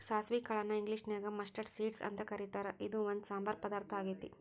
ಸಾಸವಿ ಕಾಳನ್ನ ಇಂಗ್ಲೇಷನ್ಯಾಗ ಮಸ್ಟರ್ಡ್ ಸೇಡ್ಸ್ ಅಂತ ಕರೇತಾರ, ಇದು ಒಂದ್ ಸಾಂಬಾರ್ ಪದಾರ್ಥ ಆಗೇತಿ